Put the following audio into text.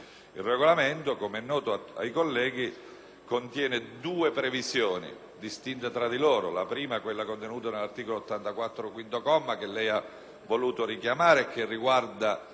Il Regolamento, come noto ai colleghi, contiene due previsioni distinte tra loro: la prima, contenuta nell'articolo 84, comma 5, che lei ha voluto richiamare, e che riguarda